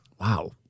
Wow